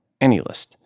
Anylist